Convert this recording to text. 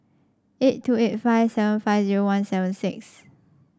eight two eight five seven five zero one seven six